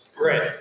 Right